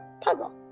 puzzle